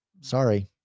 sorry